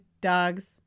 dogs